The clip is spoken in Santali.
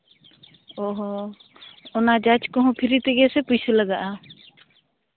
ᱚ ᱦᱚᱸ ᱚᱱᱟ ᱡᱟᱡᱽ ᱠᱚᱦᱚᱸ ᱯᱷᱨᱤ ᱛᱮᱜᱮ ᱥᱮ ᱯᱩᱭᱥᱟᱹ ᱞᱟᱜᱟᱜᱼᱟ